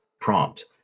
prompt